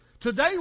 Today